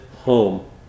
home